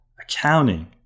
accounting